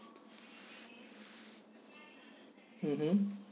mmhmm